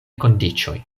kondiĉoj